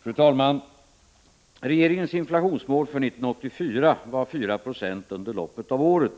Fru talman! Regeringens inflationsmål för 1984 var 4 26 under loppet av året